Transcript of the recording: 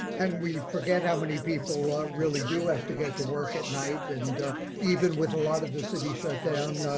and we forget how many people ah really do have to get to work at night. and even with a lot of the city shut down,